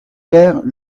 vers